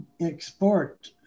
export